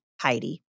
Heidi